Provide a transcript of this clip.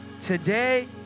Today